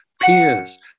peers